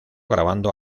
grabando